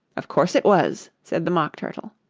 of course it was said the mock turtle.